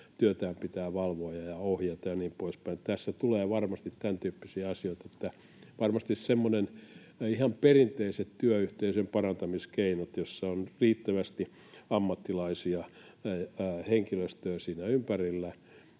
työtään pitää valvoa ja ohjata ja niin poispäin. Tässä tulee varmasti tämäntyyppisiä asioita. Varmasti semmoiset ihan perinteiset työyhteisön parantamiskeinot — on riittävästi ammattilaisia, henkilöstöä siinä ympärillä